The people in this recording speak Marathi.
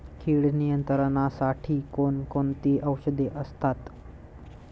कीड नियंत्रणासाठी कोण कोणती औषधे असतात?